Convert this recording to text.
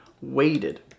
waited